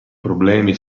problemi